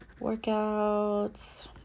Workouts